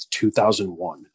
2001